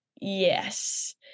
yes